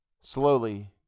Slowly